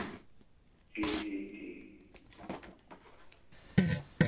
ठीक ठीक ठीक